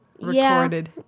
recorded